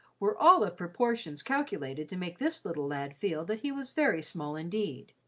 were all of proportions calculated to make this little lad feel that he was very small, indeed.